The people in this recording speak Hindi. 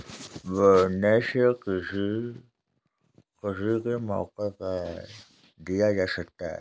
बोनस किसी खुशी के मौके पर दिया जा सकता है